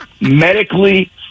Medically